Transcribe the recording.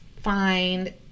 find